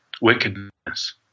wickedness